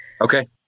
okay